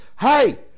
hey